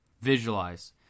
Visualize